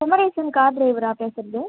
Kumaresan car ட்ரைவரா பேசறது